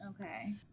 Okay